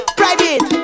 private